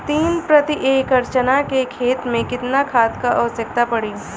तीन प्रति एकड़ चना के खेत मे कितना खाद क आवश्यकता पड़ी?